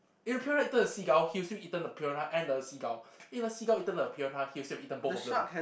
if the piranha eaten the seagull he will still eaten the piranha and the seagull if the seagull eaten the piranha he will still eaten both of them